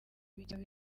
bigega